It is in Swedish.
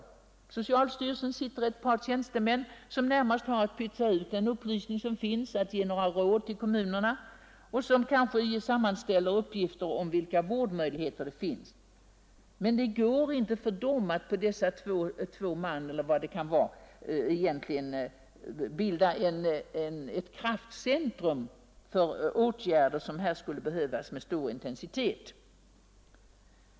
I socialstyrelsen sitter ett par tjänstemän som närmast har till uppgift att ”pytsa ut” den upplysning som finns, ge några goda råd till kommunerna och kanske sammanställa uppgifter om vilka vårdmöjligheter som finns, men dessa två personer, eller hur många de är, kan inte bilda något egentligt kraftcentrum för åtgärder som här skulle behöva sättas in med stor intensitet.